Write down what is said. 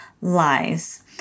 lies